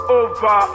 over